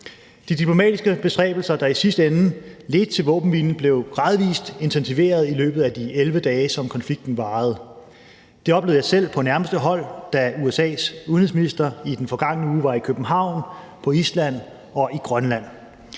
De diplomatiske bestræbelser, der i sidste ende ledte til våbenhvilen, blev gradvis intensiveret i løbet af de 11 dage, som konflikten varede. Det oplevede jeg selv på nærmeste hold, da USA's udenrigsminister i den forgangne uge var i København, på Island og i Grønland.